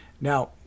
now